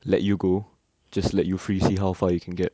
let you go just let you free see how far you can get